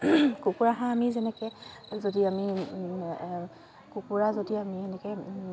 কুকুৰা হাঁহ আমি যেনেকে যদি আমি কুকুৰা যদি আমি এনেকে